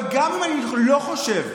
אבל גם אם אני לא חושב,